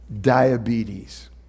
diabetes